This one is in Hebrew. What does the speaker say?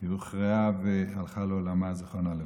היא הוכרעה והלכה לעולמה, זיכרונה לברכה.